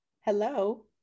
hello